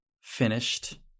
finished